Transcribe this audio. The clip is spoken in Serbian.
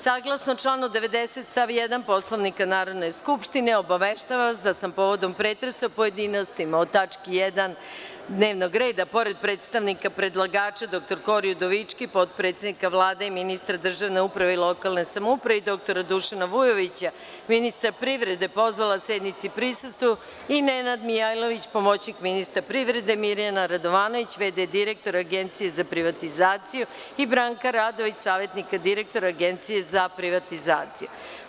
Saglasno članu 90. stav 1. Poslovnika Narodne skupštine, obaveštavam vas da sam, povodom pretresa u pojedinostima o Prvoj tački dnevnog reda, pored predstavnika predlagača dr Kori Udovički, potpredsednika Vlade i ministra državne uprave i lokalne samouprave, i dr Dušana Vujovića, ministra privrede, pozvala da sednici prisustvuju i: Nenad Mijailović, pomoćnik ministra privrede, Marijana Radovanović, v.d. direktora Agencije za privatizaciju, i Branka Radović, savetnik direktora Agencije za privatizaciju.